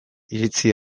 iritzi